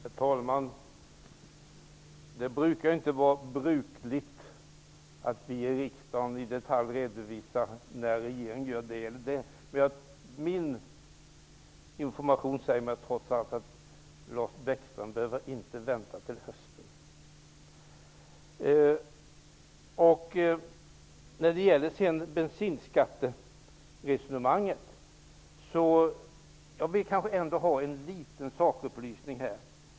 Herr talman! Det är inte brukligt att vi i riksdagen i detalj redovisar när regeringen gör det ena eller det andra. Men enligt den information jag har behöver Lars Bäckström inte vänta till hösten. I fråga om bensinskatten vill jag ha en liten sakupplysning.